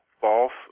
false